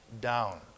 down